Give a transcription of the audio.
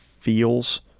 feels